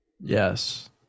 Yes